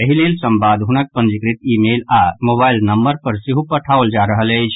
एहि लेल संवाद हुनक पंजीकृत ई मेल आओर मोबाईल नम्बर पर सेहो पठाओल जा रहल अछि